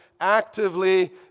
actively